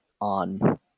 on